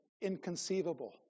inconceivable